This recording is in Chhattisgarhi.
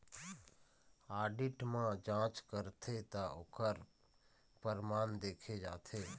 आडिट म जांच करथे त ओखर परमान देखे जाथे